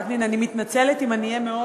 אני מתנצלת אם אני אהיה,